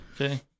Okay